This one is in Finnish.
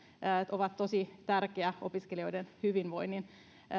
ovat tosi tärkeä opiskelijoiden hyvinvoinnin